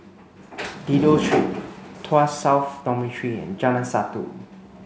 Dido Street Tuas South Dormitory and Jalan Satu